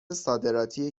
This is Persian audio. صادراتی